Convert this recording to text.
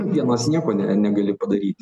vienas nieko negali padaryti čia